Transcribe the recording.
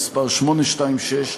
826,